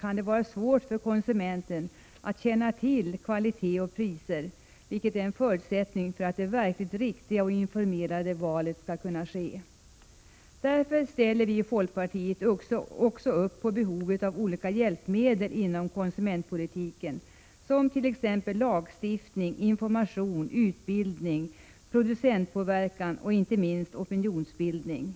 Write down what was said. kan göra det svårt för konsumenten att känna till kvalitet och priser, vilket är en förutsättning för att det verkligt riktiga och informerade valet skall kunna ske. Därför ställer folkpartiet också upp när det gäller behovet av olika hjälpmedel inom konsumentpolitiken, som lagstiftning, information, utbildning, producentpåverkan och inte minst opinionsbildning.